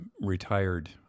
retired